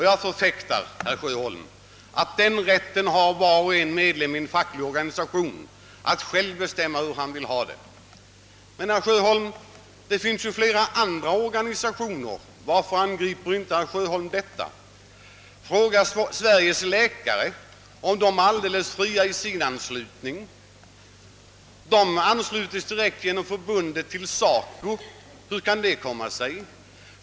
Jag förfäktar, herr Sjöholm, att varje medlem i en facklig organisation har denna rätt att själv bestämma hur han vill ha det. Det finns emellertid flera andra organisationer. Varför angriper inte herr Sjöholm dem? Fråga Sveriges läkare om de är alldeles fria i sin anslutning! De anslutes direkt genom förbundet till SACO. Hur kan det komma sig?